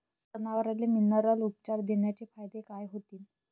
जनावराले मिनरल उपचार देण्याचे फायदे काय होतीन?